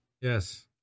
Yes